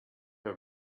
her